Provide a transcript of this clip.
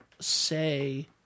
say –